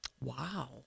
Wow